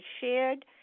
shared